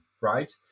right